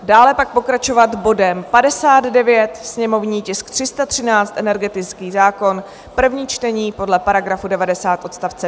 Dále pak pokračovat bodem 59, sněmovní tisk 313, energetický zákon, první čtení, podle § 90 odst.